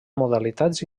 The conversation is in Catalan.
modalitats